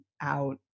out